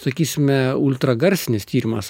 sakysime ultragarsinis tyrimas